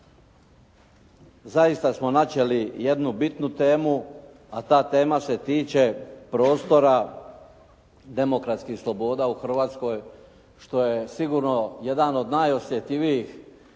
Zaista smo načeli jednu bitnu temu a ta tema se tiče prostora demokratskih sloboda u Hrvatskoj što je sigurno jedan od najosjetljivijih